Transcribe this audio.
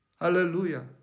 Hallelujah